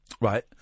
Right